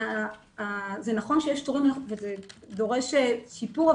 וזה נכון שיש תורים וזה דורש שיפור,